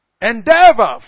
Endeavor